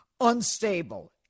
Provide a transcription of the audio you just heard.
unstable